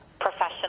professional